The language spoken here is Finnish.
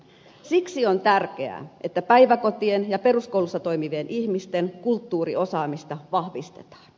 siksi on tärkeää että päiväkotien ja peruskoulussa toimivien ihmisten kulttuuriosaamista vahvistetaan